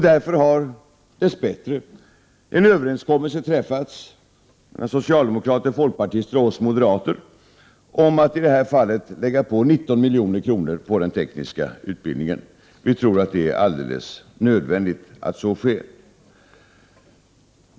Därför har dess bättre en överenskommelse träffats mellan socialdemokrater, folkpartister och oss moderater om att i det här fallet lägga på den tekniska utbildningen 19 milj.kr. Vi tror att det är helt nödvändigt att så sker.